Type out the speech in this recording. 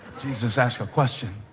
jesus asked a question.